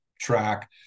track